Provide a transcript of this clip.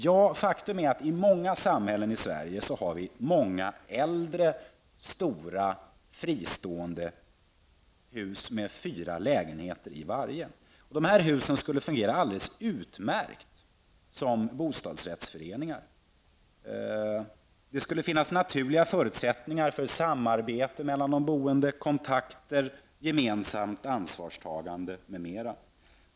Ja, faktum är att i många samhällen i Sverige finns många äldre, stora fristående hus med fyra lägenheter i varje. De husen skulle fungera alldeles utmärkt som bostadsrättsföreningar. Det skulle finnas naturliga förutsättningar för samarbete mellan de boende, kontakter, gemensamt ansvarstagande m.m.